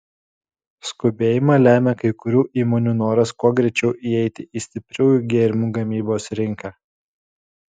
skubėjimą lemia kai kurių įmonių noras kuo greičiau įeiti į stipriųjų gėrimų gamybos rinką